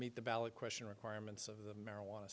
meet the ballot question requirements of the marijuana